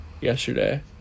yesterday